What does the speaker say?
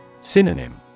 Synonym